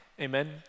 Amen